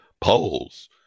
polls